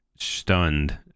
stunned